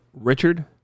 Richard